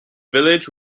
village